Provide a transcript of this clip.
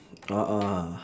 a'ah